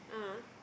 ah